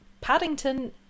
paddington